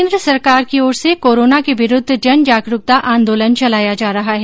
केन्द्र सरकार की ओर से कोरोना के विरूद्व जन जागरूकता आंदोलन चलाया जा रहा है